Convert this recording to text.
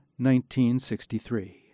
1963